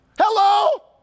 Hello